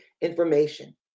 information